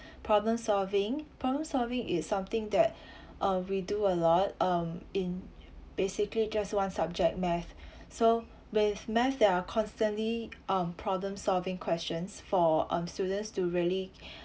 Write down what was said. problem solving problem solving it's something that uh we do a lot um in basically just one subject math so with math there are constantly um problem solving questions for um students to really